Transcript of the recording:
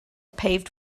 paved